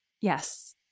Yes